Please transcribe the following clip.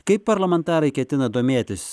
kaip parlamentarai ketina domėtis